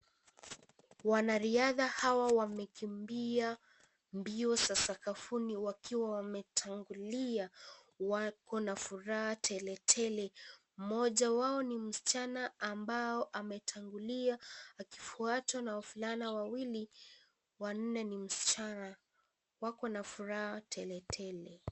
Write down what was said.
Wanariadha hawa wamekimbia mbio za sakafuni wakiwa wametangulia. Wako na furaha tele tele. Mmoja wao ni msichana ambao ametangulia akifuatwa na wavulana wawili, wa nne ni msichana. Wako na furaha tele tele.